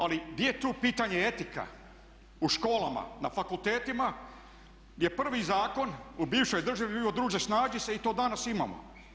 Ali di je tu pitanje etike u školama, na fakultetima je prvi zakon u bivšoj državi bio druže snađi se i to danas imamo.